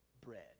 bread